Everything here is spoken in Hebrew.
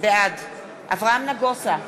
בעד אברהם נגוסה,